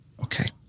Okay